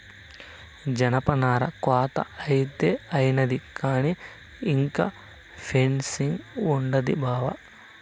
జనపనార కోత అయితే అయినాది కానీ ఇంకా ప్రాసెసింగ్ ఉండాది బావా